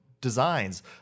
designs